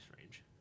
range